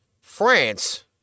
France